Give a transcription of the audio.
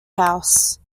house